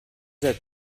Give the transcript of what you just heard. that